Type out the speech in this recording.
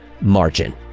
margin